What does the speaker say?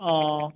অঁ